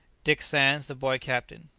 dick sands the boy captain.